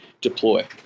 deploy